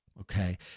okay